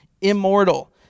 immortal